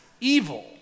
evil